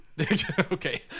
okay